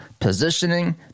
positioning